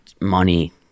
money